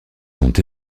sont